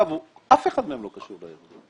אף אחד מהם לא קשור לעניין.